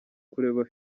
kureba